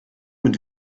mit